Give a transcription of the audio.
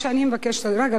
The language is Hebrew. רגע,